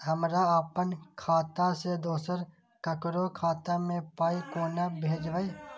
हमरा आपन खाता से दोसर ककरो खाता मे पाय कोना भेजबै?